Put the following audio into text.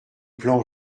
plan